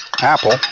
Apple